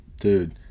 Dude